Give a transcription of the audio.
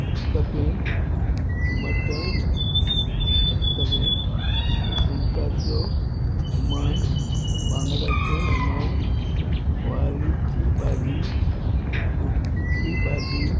खतखतें मटण खतखतें सुंगटाचो हुमण बांगडाचे हुमण वालीची भाजी कुडकीची भाजी